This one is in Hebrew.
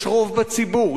יש רוב בציבור,